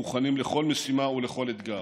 מוכנים לכל משימה ולכל אתגר.